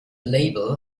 label